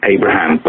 Abraham